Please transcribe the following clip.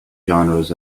genres